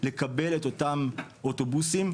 לקבל את אותם אוטובוסים,